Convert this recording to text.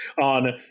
on